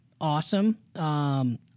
awesome